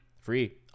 free